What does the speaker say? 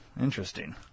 interesting